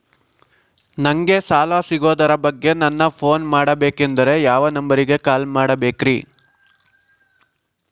ನಂಗೆ ಸಾಲ ಸಿಗೋದರ ಬಗ್ಗೆ ನನ್ನ ಪೋನ್ ಮಾಡಬೇಕಂದರೆ ಯಾವ ನಂಬರಿಗೆ ಕಾಲ್ ಮಾಡಬೇಕ್ರಿ?